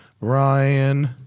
ryan